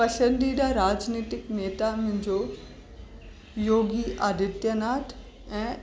पसंदीदा राजनीतिक नेता मुंहिंजो योगी आदित्यनाथ ऐं